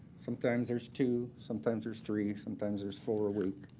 sometimes there's two, sometimes there's three, sometimes there's four a week,